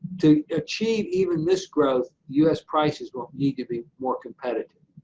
to achieve even this growth, u s. prices will need to be more competitive.